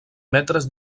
metres